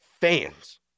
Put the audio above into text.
fans